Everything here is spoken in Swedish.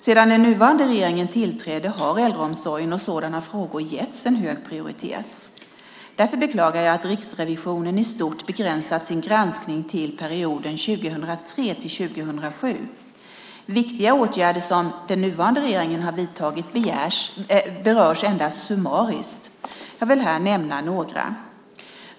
Sedan den nuvarande regeringen tillträdde har äldreomsorgen och sådana frågor getts hög prioritet. Därför beklagar jag att Riksrevisionen i stort begränsat sin granskning till perioden 2003-2007. Viktiga åtgärder som den nuvarande regeringen har vidtagit berörs endast summariskt. Jag vill här nämna några.